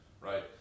right